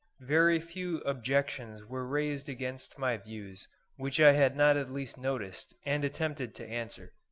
very few objections were raised against my views which i had not at least noticed and attempted to answer.